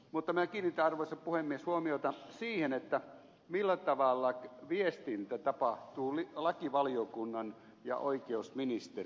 mutta minä kiinnitän arvoisa puhemies huomiota siihen millä tavalla viestintä tapahtuu lakivaliokunnan ja oikeusministeriön välillä